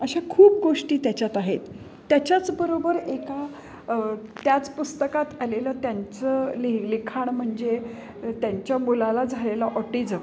अशा खूप गोष्टी त्याच्यात आहेत त्याच्याचबरोबर एका त्याच पुस्तकात आलेलं त्यांचं लिह लिखाण म्हणजे त्यांच्या मुलाला झालेला ऑटिझम